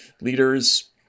leaders